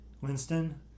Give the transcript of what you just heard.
Winston